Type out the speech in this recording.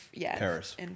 Paris